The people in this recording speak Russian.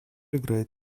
играет